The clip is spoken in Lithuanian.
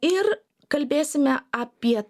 ir kalbėsime apie